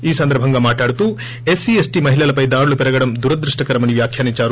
ఈ సందర్బంగా మాట్లాడుతూ ఎస్సీ ఎస్టీ మహిళలపై దాడులు పెరగడం దురదృష్ణకరమని వ్యాఖ్యానిందారు